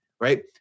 right